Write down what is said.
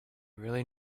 really